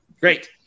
Great